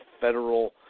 federal